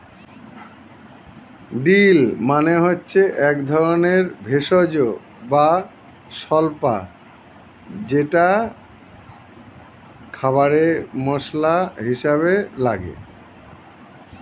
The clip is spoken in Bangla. ডিল মানে হচ্ছে একধরনের ভেষজ বা স্বল্পা যেটা খাবারে মসলা হিসেবে লাগে